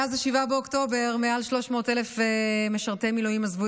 מאז 7 באוקטובר מעל 300,000 משרתי מילואים עזבו